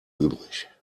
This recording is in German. übrig